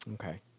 Okay